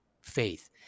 faith